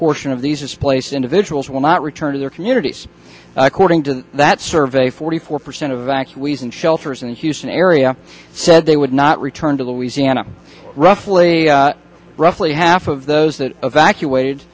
portion of these displaced individuals will not return to their communities according to that survey forty four percent of x wesen shelters in the houston area said they would not return to the louisiana roughly roughly half of those that evacuated